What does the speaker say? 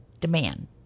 demand